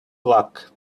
luck